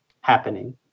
happening